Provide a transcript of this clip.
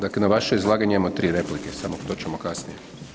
Dakle na vaše izlaganje imamo tri replike, to ćemo kasnije.